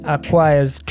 Acquires